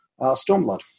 Stormblood